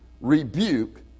rebuke